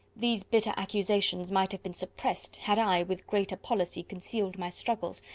these bitter accusations might have been suppressed, had i, with greater policy, concealed my struggles,